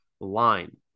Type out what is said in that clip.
line